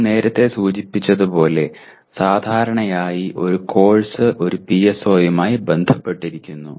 നാം നേരത്തെ സൂചിപ്പിച്ചതുപോലെ സാധാരണയായി ഒരു കോഴ്സ് ഒരു PSOയുമായി ബന്ധപ്പെട്ടിരിക്കുന്നു